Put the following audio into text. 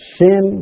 sin